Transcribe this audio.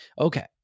Okay